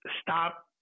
stop